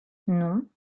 non